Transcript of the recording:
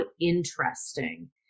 interesting